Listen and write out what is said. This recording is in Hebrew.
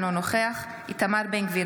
אינו נוכח איתמר בן גביר,